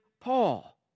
Paul